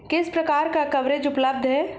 किस प्रकार का कवरेज उपलब्ध है?